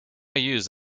used